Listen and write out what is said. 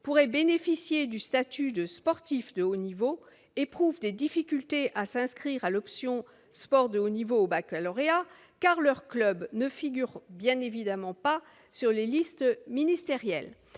pourraient bénéficier du statut du sportif de haut niveau éprouvent des difficultés à s'inscrire à l'option sport de haut niveau au baccalauréat, car leur club ne figure évidemment pas sur les listes ministérielles.